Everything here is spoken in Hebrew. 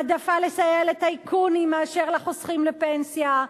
העדפה לסייע לטייקונים מאשר לחוסכים לפנסיה.